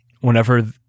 whenever